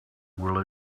will